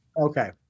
Okay